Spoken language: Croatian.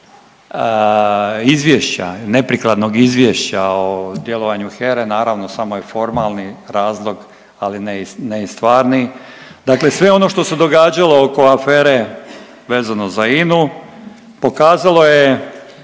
izvješća, neprikladnog izvješća o djelovanju HERA-e naravno samo je formalni razlog, ali ne i stvarni. Dakle, sve ono što se događalo oko afere vezano za INA-u pokazalo je